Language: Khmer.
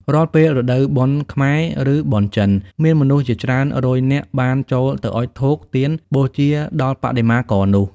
រាល់ពេលរដូវបុណ្យខ្មែរ ឬបុណ្យចិន មានមនុស្សជាច្រើនរយនាក់ បានចូលទៅអុជធូបទៀនបូជាដល់បដិមាករនោះ។